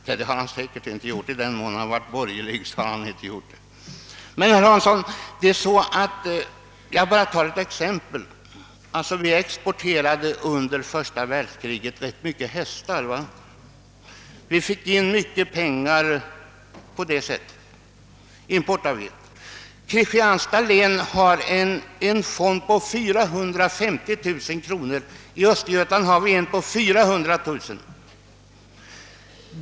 Nej, det har han säkert inte gjort i den mån han har varit borgerlig. Men jag tar ett exempel. Vi exporterade under första världskriget rätt mycket hästar och fick på det sättet in en hel del pengar. Kristianstads län har en fond på 450 000 kronor och i Östergötland har vi en fond på 400 000.